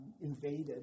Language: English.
invaded